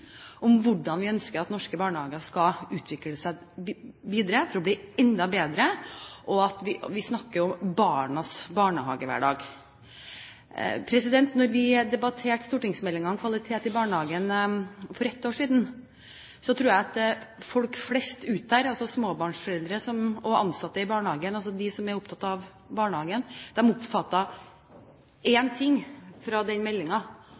om hvordan vi ønsker at norske barnehager skal utvikle seg videre for å bli enda bedre, og at vi snakker om barnas barnehagehverdag. Da vi debatterte stortingsmeldingen om kvalitet i barnehagen for ett år siden, tror jeg at folk flest der ute – småbarnsforeldre og ansatte i barnehagen, altså de som er opptatt av barnehagen – oppfattet én ting fra den